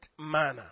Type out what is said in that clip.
manner